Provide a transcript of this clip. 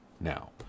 now